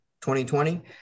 2020